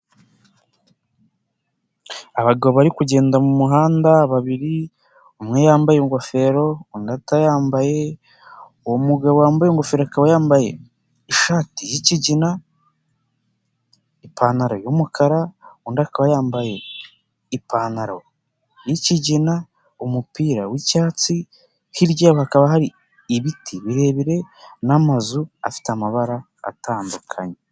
Abagabo bari kugenda mu muhanda babiri, umwe yambaye ingofero undi atayambaye, umugabo wambaye ingofero yambaye ishati y'ikigina, ipantaro y'umukara, undi akaba yambaye ipantaro y'kigina, umupira w'icyatsi, hirya hakaba hari ibiti birebire n'amazu afite amabara atandukanye.